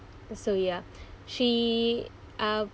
so ya she um